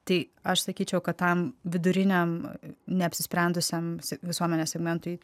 tai aš sakyčiau kad tam viduriniam neapsisprendusiam visuomenės segmentui